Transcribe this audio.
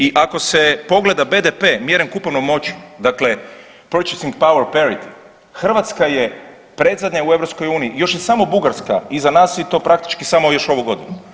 I ako se pogleda BDP mjeren kupovnom moći, dakle Purchasing power parity, Hrvatska je predzadnja u EU još je samo Bugarska iza nas i to praktički samo još ovu godinu.